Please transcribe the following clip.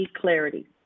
clarity